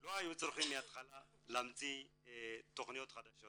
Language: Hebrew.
שלא היו צריכים מהתחלה להמציא תכניות חדשות.